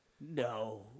No